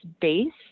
base